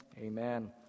amen